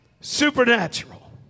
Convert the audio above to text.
supernatural